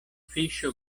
fiŝo